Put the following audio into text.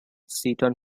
seton